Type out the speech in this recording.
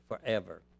forever